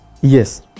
yes